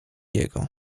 jego